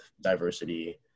diversity